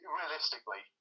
realistically